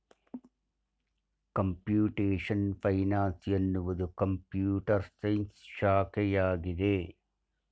computation finance ಎನ್ನುವುದು computer science ಶಾಖೆಯಾಗಿದೆ